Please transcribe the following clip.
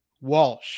Walsh